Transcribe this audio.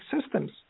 systems